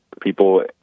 people